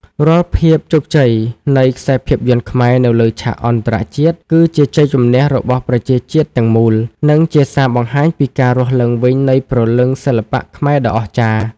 រាល់ភាពជោគជ័យនៃខ្សែភាពយន្តខ្មែរនៅលើឆាកអន្តរជាតិ គឺជាជ័យជម្នះរបស់ប្រជាជាតិទាំងមូល និងជាសារបង្ហាញពីការរស់ឡើងវិញនៃព្រលឹងសិល្បៈខ្មែរដ៏អស្ចារ្យ។